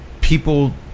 people